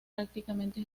prácticamente